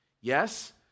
Yes